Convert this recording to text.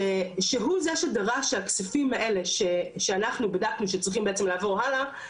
שהוא זה שדרש שהכספים האלה שאנחנו בדקנו שצריכים בעצם לעבור הלאה,